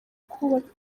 kubaka